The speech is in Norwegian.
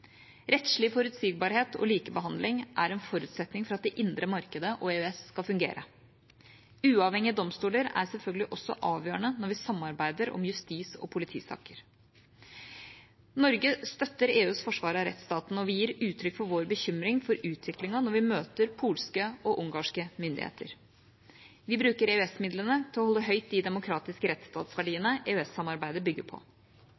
Rettslig forutsigbarhet og likebehandling er en forutsetning for at det indre markedet og EØS skal fungere. Uavhengige domstoler er selvfølgelig også avgjørende når vi samarbeider om justis- og politisaker. Norge støtter EUs forsvar av rettsstaten, og vi gir uttrykk for vår bekymring for utviklingen når vi møter polske og ungarske myndigheter. Vi bruker EØS-midlene til å holde høyt de demokratiske rettsstatsverdiene EØS-samarbeidet bygger på.